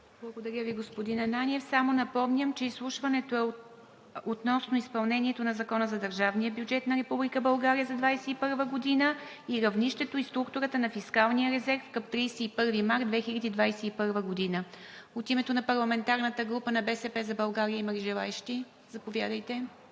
Благодаря Ви, господин Ананиев. Само напомням, че изслушването е относно изпълнението на Закона за държавния бюджет на Република България за 2021 г. и равнището и структурата на фискалния резерв към 31 март 2021 г. От името на парламентарната група на „БСП за България“ има ли желаещи? Заповядайте.